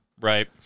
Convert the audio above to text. Right